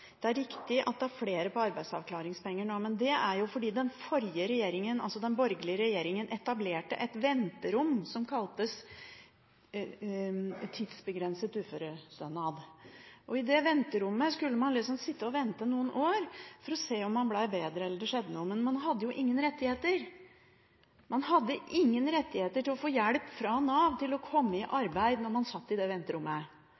Det er riktig at det er flere på arbeidsavklaringspenger nå, men det er fordi den forrige regjeringen, altså den borgerlige regjeringen, etablerte et venterom som kaltes «tidsbegrenset uførestønad». I det venterommet skulle man sitte og vente noen år, for å se om man ble bedre eller om det skjedde noe. Men man hadde ingen rettigheter til å få hjelp fra Nav til å komme i